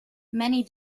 many